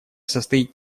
состоит